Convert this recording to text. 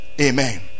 Amen